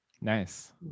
Nice